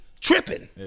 tripping